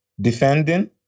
defending